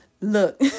Look